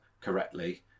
correctly